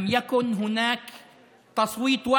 להלן תרגומם: מאז תחילת הקדנציה הזאת לא